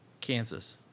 Kansas